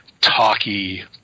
talky